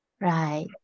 Right